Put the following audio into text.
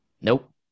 Nope